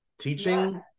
teaching